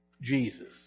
Jesus